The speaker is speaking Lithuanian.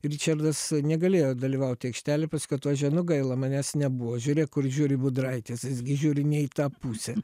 ričardas negalėjo dalyvauti aikštelėj paskiau atvažiavo nu gaila manęs nebuvo žiūrėk kur žiūri budraitis jis gi žiūri ne į tą pusę